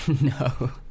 No